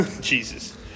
Jesus